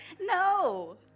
No